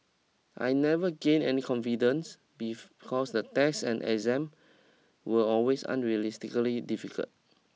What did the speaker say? I never gained any confidence beef cause the test and exam were always unrealistically difficult